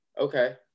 Okay